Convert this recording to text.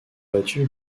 battu